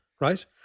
right